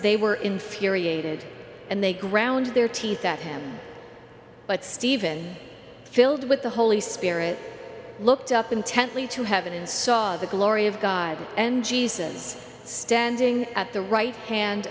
they were infuriated and they ground their teeth at him but stephen filled with the holy spirit looked up intently to heaven and saw the glory of god and jesus standing at the right hand